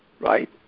right